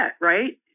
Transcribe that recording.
right